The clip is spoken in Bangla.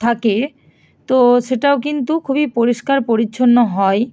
থাকে তো সেটাও কিন্তু খুবই পরিষ্কার পরিচ্ছন্ন হয়